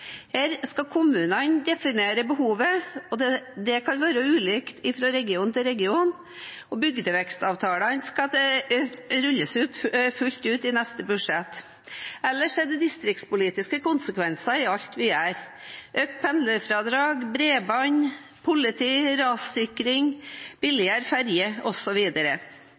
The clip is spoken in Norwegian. Her skal kommunene definere behovet, og det kan være ulikt fra region til region. Bygdevekstavtalene skal rulles fullt ut i neste budsjett. Ellers er det distriktspolitiske konsekvenser i alt vi gjør. Det er økt pendlerfradrag, bredbånd, politi, rassikring,